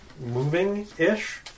moving-ish